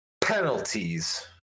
Penalties